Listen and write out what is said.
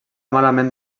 malament